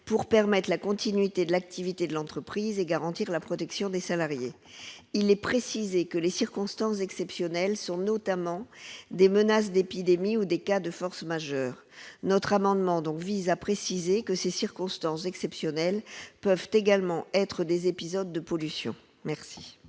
pour permettre la continuité de l'activité de l'entreprise et garantir la protection des salariés, il est précisé que les circonstances exceptionnelles sont notamment des menaces d'épidémies ou des cas de force majeure, notre amendement donc vise à préciser que ces circonstances exceptionnelles peuvent également être des épisodes de pollution merci.